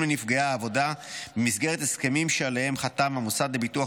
לנפגעי העבודה במסגרת הסכמים שעליהם חתם המוסד לביטוח